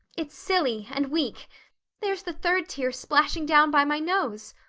it's silly and weak there's the third tear splashing down by my nose.